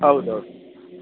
ಹೌದೌದು